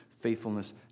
faithfulness